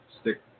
stick